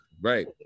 right